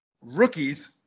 rookies